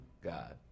God